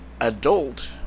adult